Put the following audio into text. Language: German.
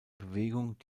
bewegung